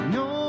no